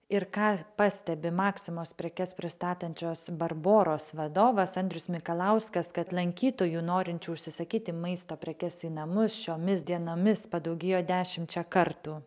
ir ką pastebi maximos prekes pristatančios barboros vadovas andrius mikalauskas kad lankytojų norinčių užsisakyti maisto prekes į namus šiomis dienomis padaugėjo dešimčia kartų